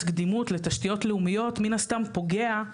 קדימות לתשתיות לאומיות מן הסתם פוגע.